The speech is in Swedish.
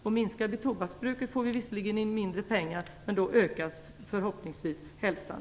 Om vi minskar tobaksbruket får vi visserligen in mindre pengar, men då förbättras förhoppningsvis hälsan.